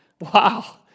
Wow